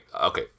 okay